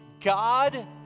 God